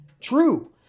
true